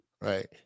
Right